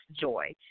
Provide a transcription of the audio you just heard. joy